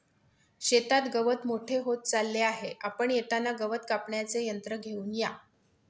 शेतात गवत मोठे होत चालले आहे, आपण येताना गवत कापण्याचे यंत्र घेऊन या